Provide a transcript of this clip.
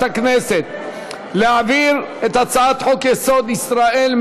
הכנסת להעביר את הצעת חוק-יסוד: ישראל,